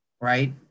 right